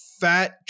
fat